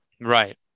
Right